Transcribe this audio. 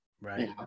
Right